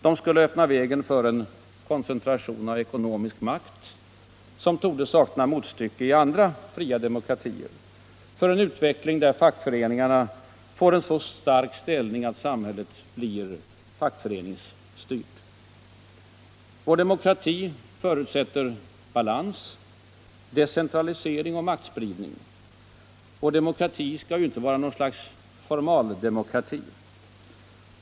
De skulle öppna vägen för en koncentration av ekonomisk makt, som torde sakna motstycke i andra fria demokratier, för en utveckling där fackföreningarna får en så stark ställning att samhället blir fackföreningsstyrt. Vår demokrati förutsätter balans, decentralisering och maktspridning. Vår demokrati skall ju inte vara något slags formaldemokrati.